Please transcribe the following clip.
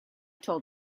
told